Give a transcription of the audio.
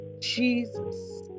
Jesus